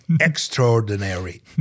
extraordinary